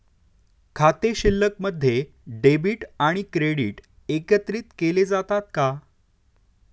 खाते शिल्लकमध्ये डेबिट आणि क्रेडिट एकत्रित केले जातात का?